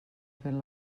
fent